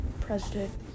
President